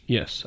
Yes